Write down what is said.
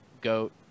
GOAT